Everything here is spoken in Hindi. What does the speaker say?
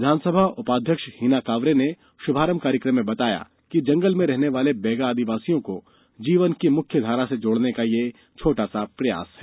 विघान सभा उपाध्यक्ष हिना कावरे ने शुभारंभ कार्यक्रम में बताया कि जंगल में रहने वाले बैगा आदिवासियों को जीवन की मुख्यघारा से जोड़ने का यह छोटा सा प्रयास है